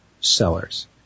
sellers